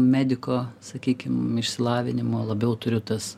mediko sakykim išsilavinimo labiau turiu tas